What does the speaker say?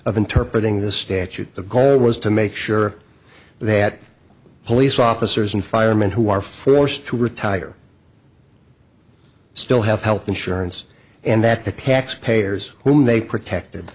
of interpret in this statute the goal was to make sure that police officers and firemen who are forced to retire still have health insurance and that the taxpayers whom they protected